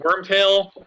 Wormtail